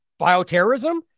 bioterrorism